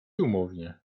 umownie